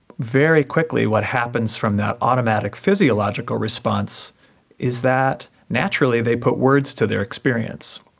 very quickly what happens from that automatic physiological response is that naturally they put words to their experience,